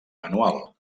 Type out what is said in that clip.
manual